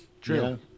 True